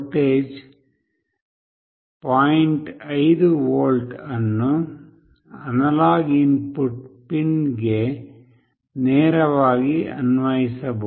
5 volt ಅನ್ನು Analog input pin ಗೆ ನೇರವಾಗಿ ಅನ್ವಯಿಸಬಹುದು